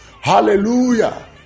Hallelujah